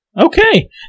Okay